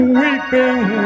weeping